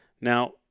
Now